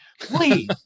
Please